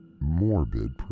morbid